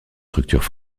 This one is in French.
structures